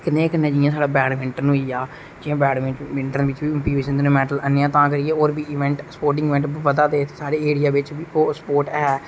कन्नै एह जियां साढ़ा बेटमिनटन होई गेआ जियां बेटमिनटन बिच बी मेडल आह्नने आं तां करियै स्पोर्ट इबेंट बधा दे साढ़े एरिया दे बिच ओह् स्पोर्ट ऐ